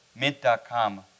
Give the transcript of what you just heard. mint.com